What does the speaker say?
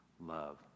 love